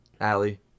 Allie